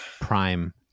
prime